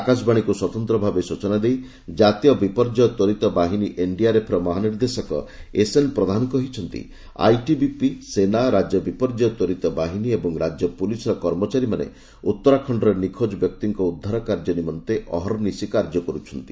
ଆକାଶବାଣୀକୁ ସ୍ୱତନ୍ତ୍ର ଭାବେ ସୂଚନା ଦେଇ ଜାତୀୟ ବିପର୍ଯ୍ୟୟ ତ୍ୱରିତ ବାହିନୀ ଏନ୍ଡିଆର୍ଏଫ୍ର ମହାନିର୍ଦ୍ଦେଶକ ଏସ୍ଏନ୍ ପ୍ରଧାନ କହିଛନ୍ତି ଆଇଟିବିପି ସେନା ରାଜ୍ୟ ବିପର୍ଯ୍ୟୟ ତ୍ୱରିତ ବାହିନୀ ଏବଂ ରାକ୍ୟ ପୁଲିସ୍ର କର୍ମଚାରୀମାନେ ଉତ୍ତରାଖଣ୍ଡରେ ନିଖୋଜ ବ୍ୟକ୍ତିଙ୍କ ଉଦ୍ଧାର କାର୍ଯ୍ୟ ନିମନ୍ତେ ଅହନିଶି କାର୍ଯ୍ୟ କରୁଛନ୍ତି